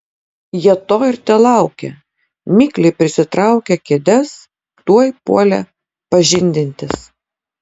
jie to ir telaukė mikliai prisitraukę kėdes tuoj puolė pažindintis